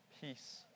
peace